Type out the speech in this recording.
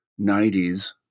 90s